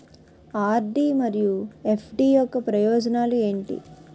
RD మరియు FD యొక్క ప్రయోజనాలు ఏంటి?